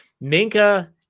Minka